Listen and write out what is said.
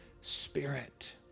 Spirit